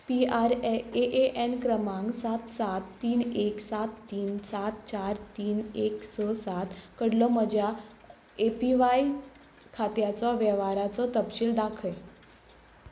P R A A N क्रमांक सात सात तीन एक सात तीन सात चार तीन एक स सात कडलो म्हज्या ए पी व्हाय खात्याचो वेव्हाराचो तपशील दाखय